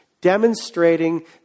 demonstrating